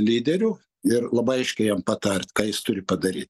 lyderiu ir labai aiškiai jam patart ką jis turi padaryt